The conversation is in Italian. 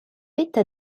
vetta